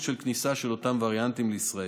של כניסה של אותם וריאנטים לישראל.